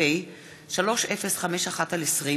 פ/3051/20